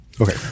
Okay